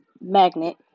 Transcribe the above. magnet